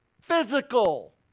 physical